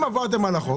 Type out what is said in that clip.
אבל אם עברתם על החוק,